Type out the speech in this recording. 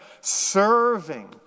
serving